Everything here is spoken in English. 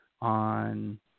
on